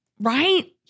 Right